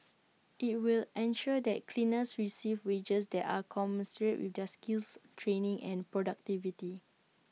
IT will ensure that cleaners receive wages that are commensurate with their skills training and productivity